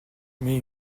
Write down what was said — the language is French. mais